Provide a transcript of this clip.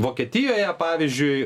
vokietijoje pavyzdžiui